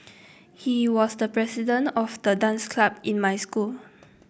he was the president of the dance club in my school